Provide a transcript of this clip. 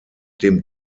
dem